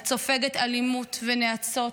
את סופגת אלימות, נאצות,